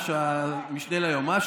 המשנה ליועמ"ש.